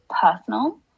personal